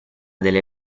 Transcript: delle